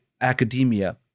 academia